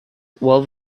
well